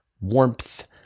warmth